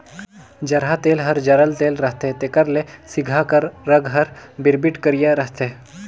जरहा तेल हर जरल तेल रहथे तेकर ले सिगहा कर रग हर बिरबिट करिया रहथे